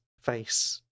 face